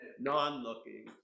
non-looking